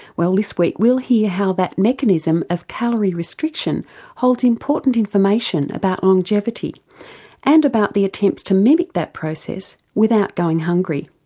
well this week we'll hear how that mechanism of calorie restriction holds important information about longevity and about the attempts to mimic that process without going hungry.